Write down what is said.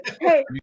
hey